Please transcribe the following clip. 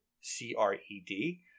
c-r-e-d